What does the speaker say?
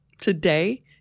Today